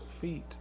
feet